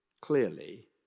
clearly